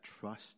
trust